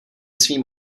svým